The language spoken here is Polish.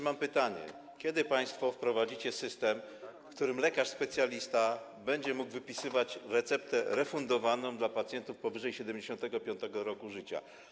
Mam pytanie: Kiedy państwo wprowadzicie system, w którym lekarz specjalista będzie mógł wypisywać receptę refundowaną pacjentowi powyżej 75. roku życia?